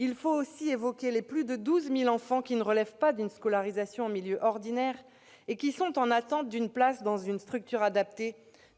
Il faut aussi évoquer les plus de 12 000 enfants qui ne relèvent pas d'une scolarisation en milieu ordinaire et qui sont en attente d'une place dans une structure adaptée,